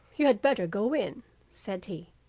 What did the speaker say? you had better go in said he,